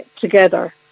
together